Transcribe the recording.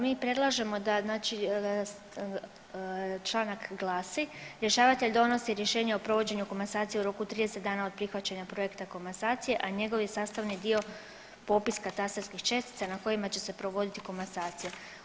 Mi predlažemo da članak glasi, rješavatelj donosi rješenje o provođenju komasacije u roku od 30 dana od prihvaćanja projekta komasacije, a njegovi sastavni dio popis katastarskih čestica na kojima će se provoditi komasacija.